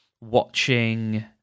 watching